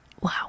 Wow